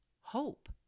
hope